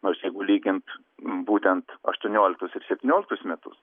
nors jeigu lygint būtent aštuonioliktus ir septynioliktus metus